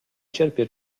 cierpię